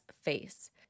face